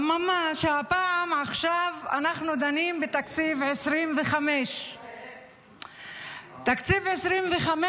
אממה, שהפעם אנחנו דנים בתקציב 2025. תקציב 2025,